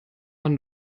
man